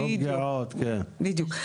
בדיוק.